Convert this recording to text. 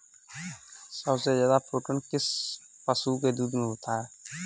सबसे ज्यादा प्रोटीन किस पशु के दूध में होता है?